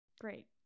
Great